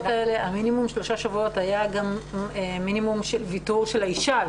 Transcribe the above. המינימום של שלושה שבועות היה גם מינימום של ויתור של האישה.